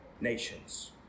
nations